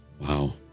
Wow